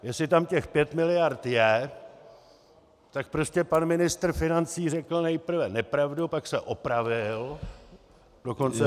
Jestli tam těch pět miliard je, tak prostě pan ministr financí řekl nejprve nepravdu, pak se opravil, dokonce